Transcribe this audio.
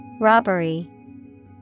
Robbery